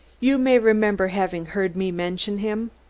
you may remember having heard me mention him?